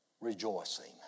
rejoicing